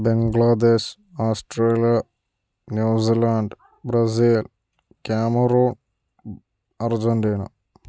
Bangladesh Australia New Zealand Brazil cameron Argentina